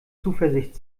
zuversicht